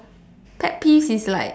pet peeves is like